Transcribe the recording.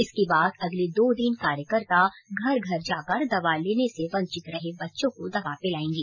इसके बाद अगले दो दिन कार्यकर्ता घर घर जाकर दवा लेने से वंचित रहे बच्चो को दवा पिलाएंगे